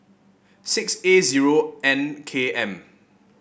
six A zero N K M